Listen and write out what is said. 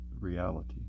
reality